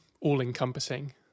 all-encompassing